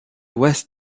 ouest